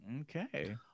Okay